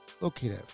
located